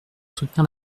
soutenir